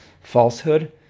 falsehood